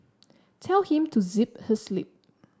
tell him to zip his lip